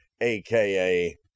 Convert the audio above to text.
aka